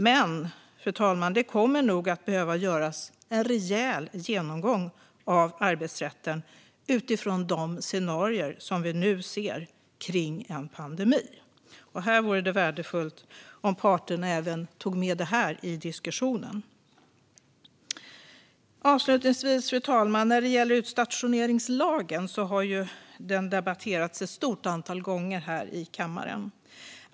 Men det kommer nog att behöva göras en rejäl genomgång av arbetsrätten utifrån de scenarier som vi nu ser kring en pandemi. Det vore värdefullt om parterna tog med även det i diskussionen. Fru talman! Utstationeringslagen har debatterats ett stort antal gånger här i kammaren.